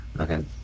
Okay